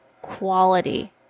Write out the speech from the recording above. quality